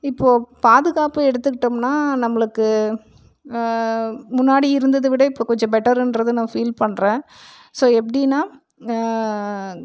இப்போது பாதுகாப்பை எடுத்துகிட்டோமுன்னால் நம்மளுக்கு முன்னாடி இருந்ததை விட இப்போது கொஞ்சம் பெட்டருன்றது நான் ஃபீல் பண்ணுறேன் ஸோ எப்படின்னா